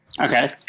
Okay